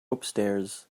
upstairs